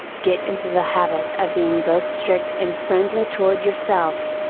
get into the habit of being both strict and friendly toward yourself.